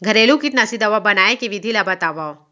घरेलू कीटनाशी दवा बनाए के विधि ला बतावव?